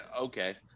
Okay